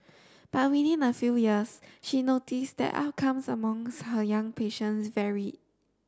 but within a few years she notice that outcomes among her young patients vary